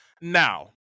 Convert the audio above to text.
Now